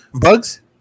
Bugs